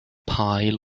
pile